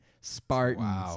Spartans